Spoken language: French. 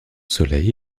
soleil